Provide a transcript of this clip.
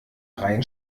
rein